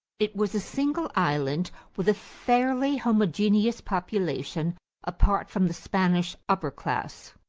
it was a single island with a fairly homogeneous population apart from the spanish upper class.